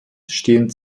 stehen